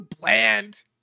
bland